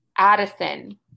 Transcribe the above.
Addison